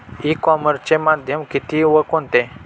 E कॉमर्सचे माध्यम किती व कोणते?